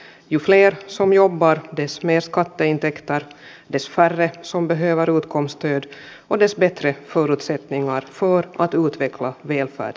ju fler som jobbar dess mer skatteintäkter dess färre som behöver utkomststöd och dess bättre förutsättningar för att utveckla välfärdsstaten